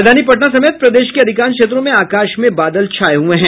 राजधानी पटना समेत प्रदेश के अधिकांश क्षेत्रों में आकाश में बादल छाये हुए हैं